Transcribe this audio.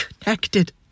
connected